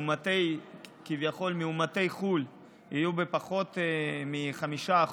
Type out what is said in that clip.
כביכול מאומתי חו"ל יהיו בפחות מ-5%,